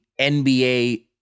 NBA